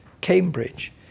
Cambridge